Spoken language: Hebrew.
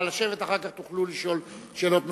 נא לשבת, ואחר כך תוכלו לשאול שאלות נוספות.